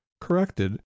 corrected